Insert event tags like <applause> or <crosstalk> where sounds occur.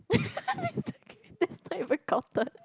<laughs> exactly that's not even counted